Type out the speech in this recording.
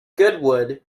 goodwood